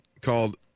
called